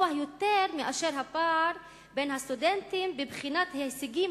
יותר מהפער בין הסטודנטים מבחינת ההישגים